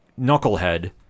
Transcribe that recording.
knucklehead